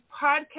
podcast